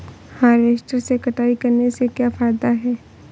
Harvester से कटाई करने से क्या फायदा है?